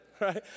right